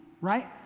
right